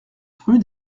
rue